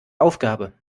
aufgabe